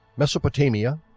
mesopotamia,